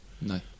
No